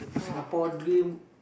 Singapore dream